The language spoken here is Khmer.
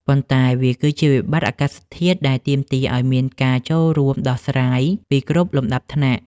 ប៉ុន្តែវាគឺជាវិបត្តិអាកាសធាតុដែលទាមទារឱ្យមានការចូលរួមដោះស្រាយពីគ្រប់លំដាប់ថ្នាក់។